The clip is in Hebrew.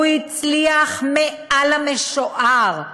הוא הצליח מעל למשוער.